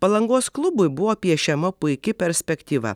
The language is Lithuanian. palangos klubui buvo piešiama puiki perspektyva